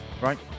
Right